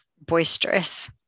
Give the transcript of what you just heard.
boisterous